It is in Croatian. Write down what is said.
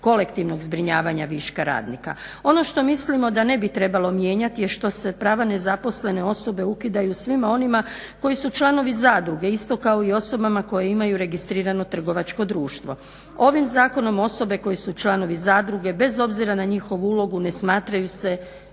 kolektivnog zbrinjavanja viška radnika. Ono što mislimo da ne bi trebalo mijenjati je što se prava nezaposlene osobe ukidaju svima onima koji su članovi zadruge isto kao i osobama koje imaju registrirano trgovačko društvo. Ovim zakonom osobe koje su članovi zadruge bez obzira na njihovu ulogu ne smatraju se